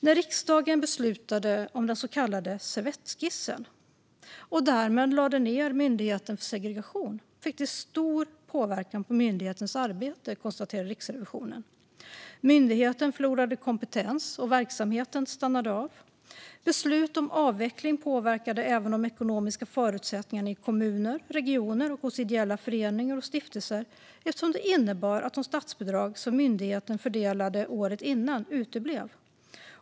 När riksdagen beslutade om den så kallade servettskissen och därmed lade ned Delegationen mot segregation fick det stor påverkan på denna myndighets arbete, konstaterar Riksrevisionen. Myndigheten förlorade kompetens, och verksamheten stannade av. Beslutet om avveckling påverkade även de ekonomiska förutsättningarna i kommuner, regioner och hos ideella föreningar och stiftelser, eftersom det innebar att de statsbidrag som myndigheten fördelade året innan uteblev.